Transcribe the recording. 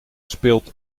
speelt